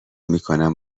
میکنم